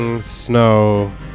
snow